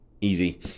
easy